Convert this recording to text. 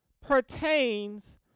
pertains